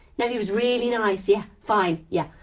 no he was really nice, yeah. fine. yeah.